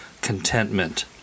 contentment